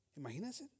Imagínense